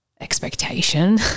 expectation